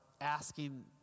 asking